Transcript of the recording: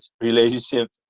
relationship